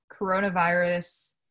coronavirus